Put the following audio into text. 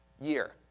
year